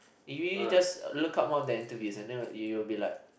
you really just uh look up one of their interviews and you'll be like